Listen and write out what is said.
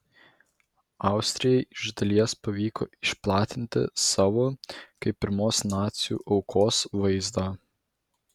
austrijai iš dalies pavyko išplatinti savo kaip pirmos nacių aukos vaizdą